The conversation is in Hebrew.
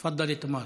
תפדלי, תמר.